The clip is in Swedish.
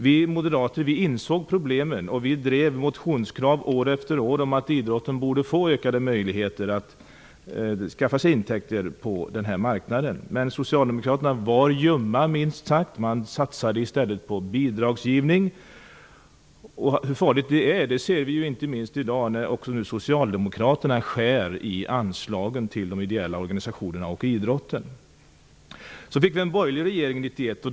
Vi moderater insåg problemen och drev motionskrav år efter år på att idrotten skulle få ökade möjligheter att skaffa sig intäkter på den här marknaden. Men socialdemokraterna var minst sagt ljumma. Man satsade i stället på bidragsgivning. Hur farligt det är ser vi inte minst i dag när också socialdemokraterna skär i anslagen till de ideella organisationerna och idrotten. Sedan fick vi en borgerlig regering 1981.